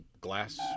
glass